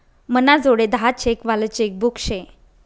मनाजोडे दहा चेक वालं चेकबुक शे